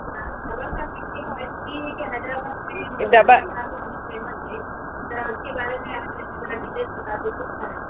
ذرا سا قیمے کے لیے کہ حیدرآباد کی ڈبل کا بہت فیمس ہے ذرا آپ کے بارے میں ڈٹیلس بتا دیتے تو اچھا رہتا